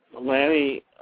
Lanny